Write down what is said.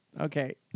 Okay